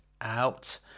out